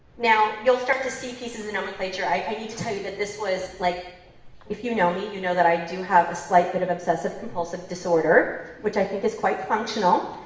now you'll start to see pieces of nomenclature. i i need to tell you that this was, like if you know me, you know that i do have a slight bit of obsessive-compulsive disorder, which i think is quite functional,